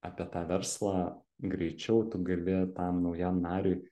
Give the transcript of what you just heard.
apie tą verslą greičiau tu gali tam naujam nariui